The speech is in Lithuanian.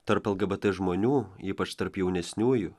tarp lgbt žmonių ypač tarp jaunesniųjų